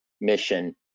mission